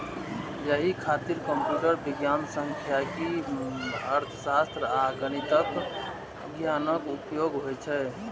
एहि खातिर कंप्यूटर विज्ञान, सांख्यिकी, अर्थशास्त्र आ गणितक ज्ञानक उपयोग होइ छै